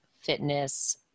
fitness